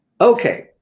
Okay